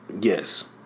Yes